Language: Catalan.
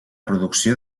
producció